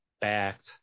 backed